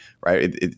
right